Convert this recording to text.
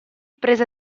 prese